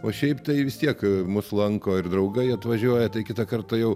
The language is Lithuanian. o šiaip tai vis tiek mus lanko ir draugai atvažiuoja tai kitą kartą jau